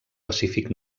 pacífic